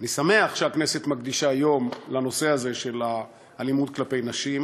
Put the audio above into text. אני שמח שהכנסת מקדישה יום לנושא הזה של האלימות כלפי נשים,